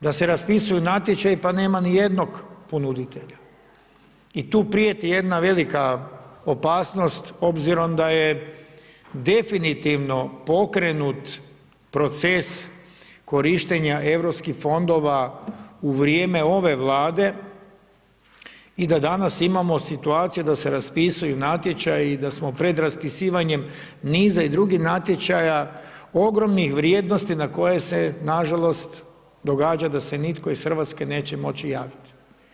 Da se raspisuju natječaji pa nema nijednog ponuditelja i tu prijeti jedna velika opasnost obzirom da je definitivno pokrenut proces korištenja europskih fondova u vrijeme ove Vlade i da danas imamo situaciju da se raspisuju natječaji i da smo pred raspisivanjem niza i drugih natječaja ogromnih vrijednosti na koje se nažalost događa da se nitko iz Hrvatske neće moći javiti.